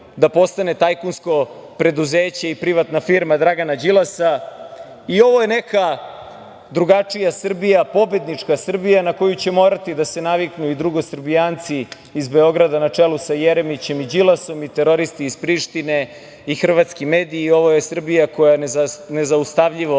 da postane tajkunsko preduzeće i privatna firma Dragana Đilasa. Ovo je neka drugačija Srbija, pobednička Srbija, na koju će morati da se naviknu i drugosrbijanci iz Beograda na čelu sa Jeremićem i Đilasom i teroristi iz Prištine i hrvatski mediji. Ovo je Srbija koja nezaustavljivo